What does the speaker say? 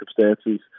circumstances